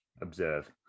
observe